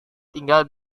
tinggal